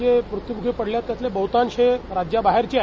जे मृत्यूमुखी पडले आहेत त्यातले बहुतांश राज्याबाहेरचे आहेत